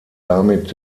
damit